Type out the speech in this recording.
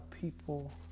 people